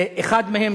אחד מהם,